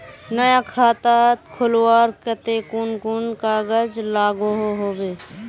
नया खाता खोलवार केते कुन कुन कागज लागोहो होबे?